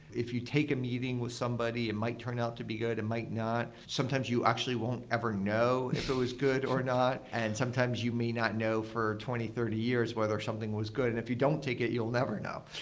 if you take a meeting with somebody, it might turn out to be good, it and might not. sometimes you actually won't ever know if it was good or not. and sometimes you may not know for twenty, thirty years whether something was good. and if you don't take it, you'll never know.